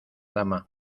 dama